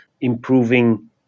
improving